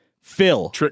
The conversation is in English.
Phil